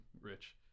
rich